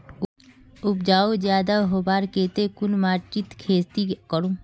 उपजाऊ ज्यादा होबार केते कुन माटित खेती करूम?